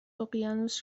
اقیانوس